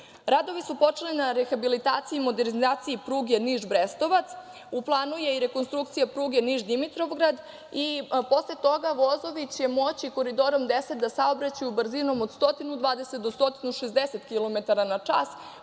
mrežu. Radovi su počeli i na rehabilitaciji i modernizaciji pruge Niš – Brestovac. U planu je i rekonstrukcija pruge Niš – Dimitrovgrad i posle toga vozovi će moći Koridorom 10 da saobraćaju brzinom od 120 do 160 kilometara